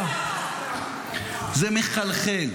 לא, זה לא --- זה מחלחל.